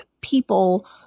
people